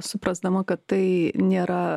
suprasdama kad tai nėra